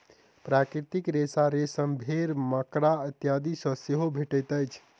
प्राकृतिक रेशा रेशम, भेंड़, मकड़ा इत्यादि सॅ सेहो भेटैत अछि